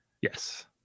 Yes